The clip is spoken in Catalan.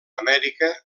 amèrica